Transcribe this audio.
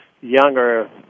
younger